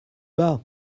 bas